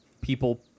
people